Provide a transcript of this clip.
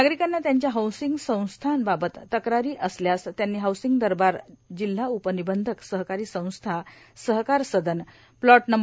नागरिकांना त्यांच्या हौसिंग संस्थांबाबत तक्रारी असल्यासए त्यांनी हाऊसिंग दरबारात जिल्हा उपनिबंधकए सहकारी संस्थाए सहकार सदनए प्लॉट नं